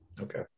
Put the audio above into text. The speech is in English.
Okay